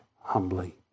humbly